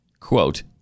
Quote